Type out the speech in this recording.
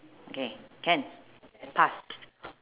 okay can pass